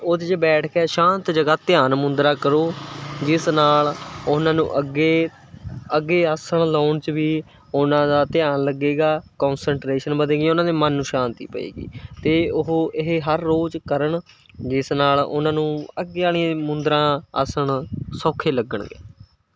ਉਹਦੇ 'ਚ ਬੈਠ ਕੇ ਸ਼ਾਂਤ ਜਗ੍ਹਾ ਧਿਆਨ ਮੁੰਦਰਾ ਕਰੋ ਜਿਸ ਨਾਲ਼ ਉਹਨਾਂ ਨੂੰ ਅੱਗੇ ਅੱਗੇ ਆਸਣ ਲਾਉਣ 'ਚ ਵੀ ਉਹਨਾਂ ਦਾ ਧਿਆਨ ਲੱਗੇਗਾ ਕੋਨਸਟਰੇਸ਼ਨ ਵਧੇਗੀ ਉਹਨਾਂ ਦੇ ਮਨ ਨੂੰ ਸ਼ਾਂਤੀ ਪਏਗੀ ਅਤੇ ਉਹ ਇਹ ਹਰ ਰੋਜ਼ ਕਰਨ ਜਿਸ ਨਾਲ਼ ਉਹਨਾਂ ਨੂੰ ਅੱਗੇ ਵਾਲੀ ਮੁੰਦਰਾਂ ਆਸਣ ਸੌਖੇ ਲੱਗਣਗੇ